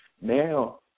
now